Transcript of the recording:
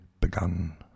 begun